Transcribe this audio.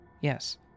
yes